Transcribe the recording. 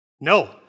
No